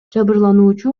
жабырлануучу